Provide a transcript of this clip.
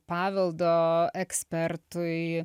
paveldo ekspertui